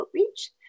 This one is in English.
outreach